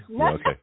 Okay